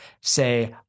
say